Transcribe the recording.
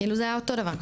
כאילו זה היה אותו דבר.